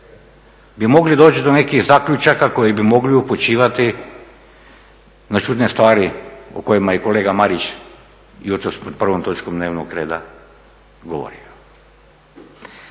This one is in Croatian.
bi mogli doći do nekih zaključaka koji bi mogli upućivati na čudne stvari o kojima je i kolega Marić jutros s prvom točkom dnevnog reda govorio.